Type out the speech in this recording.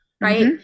right